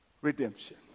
redemption